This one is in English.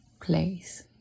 place